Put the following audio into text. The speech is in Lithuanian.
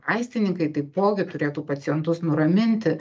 vaistininkai taipogi turėtų pacientus nuraminti